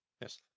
Yes